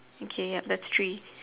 okay ya that's three